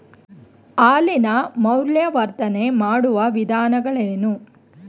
ಹಾಲಿನ ಮೌಲ್ಯವರ್ಧನೆ ಮಾಡುವ ವಿಧಾನಗಳೇನು?